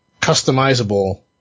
customizable